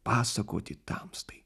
pasakoti tamstai